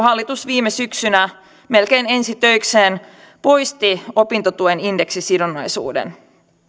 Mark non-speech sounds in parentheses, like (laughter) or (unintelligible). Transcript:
(unintelligible) hallitus viime syksynä melkein ensi töikseen poisti opintotuen indeksisidonnaisuuden